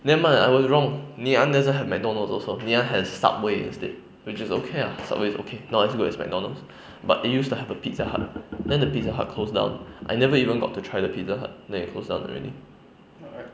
nevermind I was wrong ngee ann doesn't have mcdonalds also ngee ann has subway instead which is okay ah subway is okay not as good as mcdonalds but it used to have a pizza hut then the piza hut closed down I never even got to try the pizza hut then it close down already